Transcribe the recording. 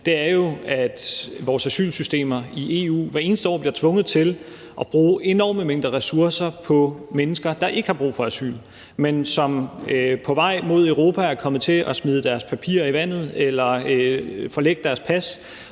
er, at vores asylsystemer i EU hvert eneste år bliver tvunget til at bruge enorme mængder ressourcer på mennesker, der ikke har brug for asyl, men som på vej mod Europa er kommet til at smide deres papirer i vandet eller forlægge deres pas